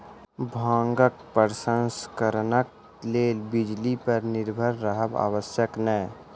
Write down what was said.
भांगक प्रसंस्करणक लेल बिजली पर निर्भर रहब आवश्यक नै